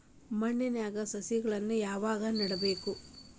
ಮಣ್ಣಿನ್ಯಾಗ್ ಸಸಿಗಳನ್ನ ಯಾವಾಗ ನೆಡಬೇಕು?